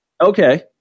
Okay